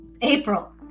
April